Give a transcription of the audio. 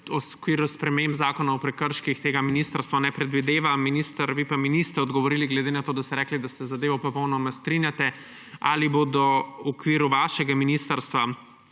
v okviru sprememb Zakona o prekrških tega ministrstvo ne predvideva. Minister, vi pa mi niste odgovorili glede na to, da ste rekli, da se z zadevo popolnoma strinjate: Ali bodo v okviru vašega ministrstva